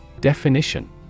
Definition